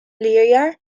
leerjaar